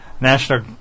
national